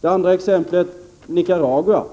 Det andra exemplet är Nicaragua,